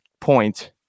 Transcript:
point